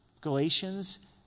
Galatians